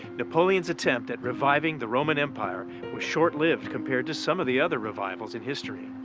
napoleon's attempt at reviving the roman empire was short lived compared to some of the other revivals in history.